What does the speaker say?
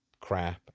crap